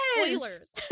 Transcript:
spoilers